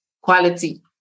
quality